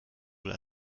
wohl